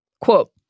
Quote